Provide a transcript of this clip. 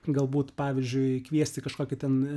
galbūt pavyzdžiui kviesti kažkokį ten